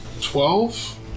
twelve